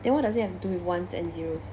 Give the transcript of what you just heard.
then what does it have to do with ones and zeros